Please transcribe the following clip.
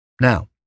Now